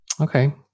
Okay